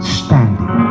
standing